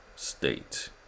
state